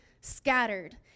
scattered